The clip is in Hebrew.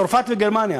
צרפת וגרמניה,